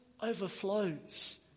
overflows